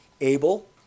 Abel